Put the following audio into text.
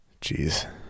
Jeez